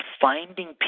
finding